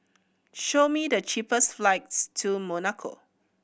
show me the cheapest flights to Monaco